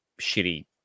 shitty